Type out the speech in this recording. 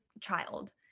child